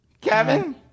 Kevin